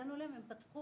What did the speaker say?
ונתנו להם והם פתחו.